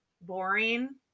boring